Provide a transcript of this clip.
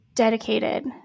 dedicated